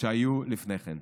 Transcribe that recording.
שהיו לפני כן.